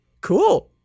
cool